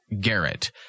Garrett